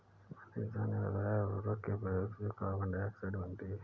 मनीषा ने बताया उर्वरक के प्रयोग से कार्बन डाइऑक्साइड बनती है